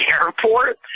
airport